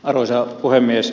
arvoisa puhemies